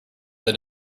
than